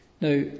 Now